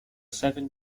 seven